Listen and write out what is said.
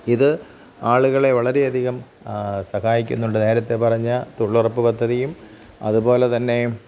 ഇത് ആളുകളെ വളരെയധികം സഹായിക്കുന്നുണ്ട് നേരത്തെ പറഞ്ഞ തൊഴിലുറപ്പ് പദ്ധതിയും അതുപോലെത്തന്നെ